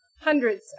hundreds